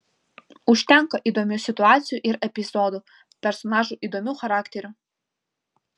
užtenka įdomių situacijų ir epizodų personažų įdomių charakterių